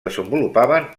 desenvolupaven